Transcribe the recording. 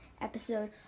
episode